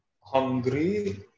Hungry